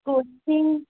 costing